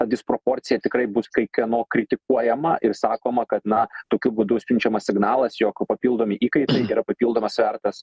ta disproporcija tikrai bus kai kieno kritikuojama ir sakoma kad na tokiu būdu siunčiamas signalas jog papildomi įkaitai yra papildomas svertas